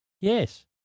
Yes